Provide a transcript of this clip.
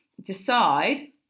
decide